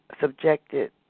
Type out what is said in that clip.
subjected